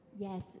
Yes